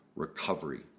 recovery